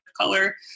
color